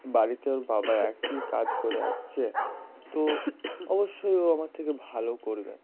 বাড়িতে ওর বাবা একই কাজ করে আসছে তো অবশ্যই ও আমার থেকে ভালো করবে